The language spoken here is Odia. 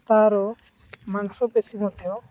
ତା'ର ମାଂସପେଶୀ ମଧ୍ୟ